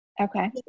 okay